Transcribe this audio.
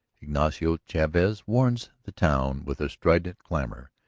ignacio chavez warns the town with a strident clamor,